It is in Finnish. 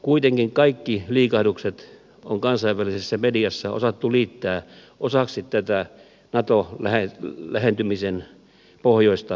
kuitenkin kaikki liikahdukset on kansainvälisessä mediassa osattu liittää osaksi tätä nato lähentymisen pohjoista prosessia